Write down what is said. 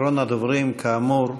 אחרון הדוברים, כאמור,